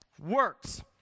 works